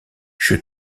che